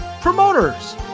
Promoters